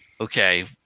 Okay